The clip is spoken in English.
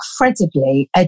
incredibly